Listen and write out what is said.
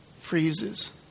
freezes